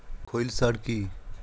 খৈল সার কি?